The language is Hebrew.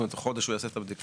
כלומר חודש הוא יעשה את הבדיקה?